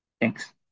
thanks